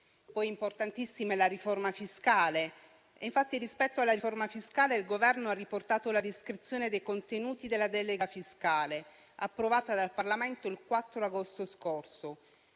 Importantissima è poi la riforma fiscale, infatti rispetto ad essa il Governo ha riportato la descrizione dei contenuti della delega fiscale approvata dal Parlamento il 4 agosto scorso.